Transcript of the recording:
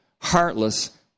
heartless